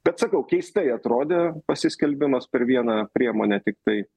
bet sakau keistai atrodė pasiskelbimas per vieną priemonę tiktai